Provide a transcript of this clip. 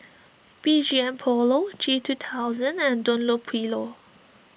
B G M Polo G two thousand and Dunlopillo